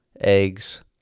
eggs